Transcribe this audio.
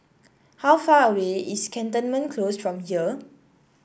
how far away is Cantonment Close from here